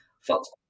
Fox